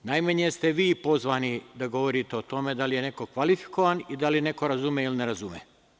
Najmanje ste vi pozvani da govorite o tome da li je neko kvalifikovan i da li neko razume ili ne razume.